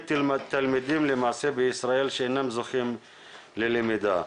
תלמידים למעשה בישראל שאינם זוכים ללמידה.